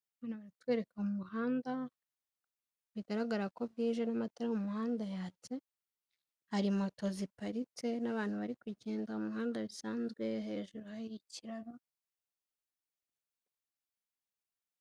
Hano baratwereka mu muhanda bigaragara ko bwije n'atari mu muhanda yatse hari moto ziparitse n'abantu bari kugenda mu muhanda bisanzwe hejuru yikiraro.